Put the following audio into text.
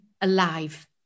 alive